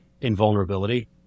invulnerability